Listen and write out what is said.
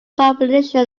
combination